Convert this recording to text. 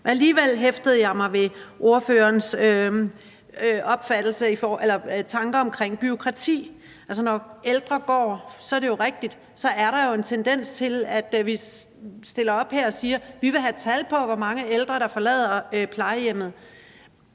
alligevel hæftede jeg mig ved ordførerens tanker omkring bureaukrati. Altså, når ældre går fra plejehjemmet, er det jo rigtigt, at der er en tendens til, at vi stiller op her og siger: Vi vil have tal på, hvor mange ældre der forlader plejehjemmet.